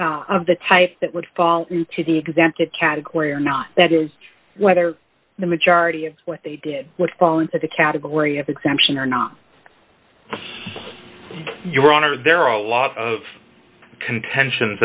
war of the type that would fall into the exempted category or not that is whether the majority of what they did was fall into the category of exemption or not your honor there are a lot of contentions